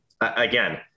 again